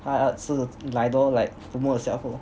他好像是 like I don't know like promote yourself loh